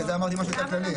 בגלל זה אמרתי משהו --- כללי.